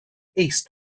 east